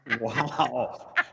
wow